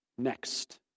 Next